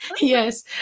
yes